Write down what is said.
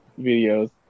videos